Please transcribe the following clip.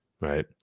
right